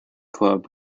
club